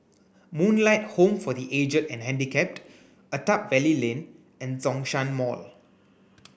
Moonlight Home for the Aged and Handicapped Attap Valley Lane and Zhongshan Mall